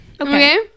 Okay